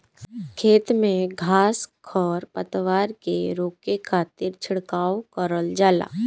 खेत में घास खर पतवार के रोके खातिर छिड़काव करल जाला